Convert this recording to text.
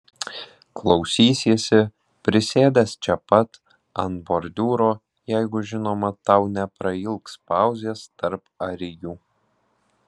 klausysiesi prisėdęs čia pat ant bordiūro jeigu žinoma tau neprailgs pauzės tarp arijų